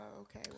Okay